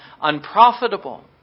unprofitable